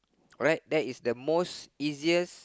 alright that is the most easiest